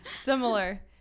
similar